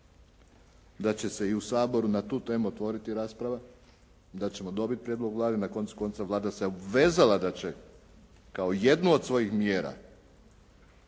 da će se i u Saboru na tu temu otvoriti rasprava da ćemo dobiti prijedlog Vlade, na koncu konca Vlada se obvezala da će kao jednu od svojih mjera,